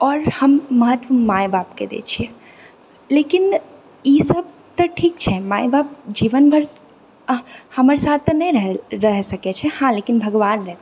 आओर हम महत्व माए बापके दए छिऐ लेकिन ई सभ तऽ ठीक छै माए बाप जीवन भर हमर साथ तऽ नहि रहि रहि सकैत छै हँ लेकिन भगवान रहतै